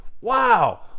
Wow